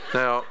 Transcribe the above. now